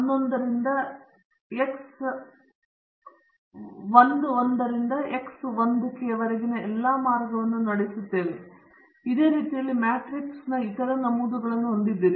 ನಮಗೆ k ಅಂಶಗಳು ಇರುವುದರಿಂದ ಇದು X 11 ರಿಂದ X 1 k ವರೆಗಿನ ಎಲ್ಲಾ ಮಾರ್ಗವನ್ನು ನಡೆಸುತ್ತದೆ ಇದೇ ರೀತಿಯಲ್ಲಿ ನೀವು ಈ ಮ್ಯಾಟ್ರಿಕ್ಸ್ನ ಇತರ ನಮೂದುಗಳನ್ನು ಹೊಂದಿದ್ದೀರಿ